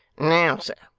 now sir,